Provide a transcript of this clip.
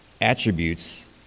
attributes